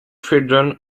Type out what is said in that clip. children